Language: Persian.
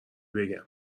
بگم